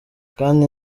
kandi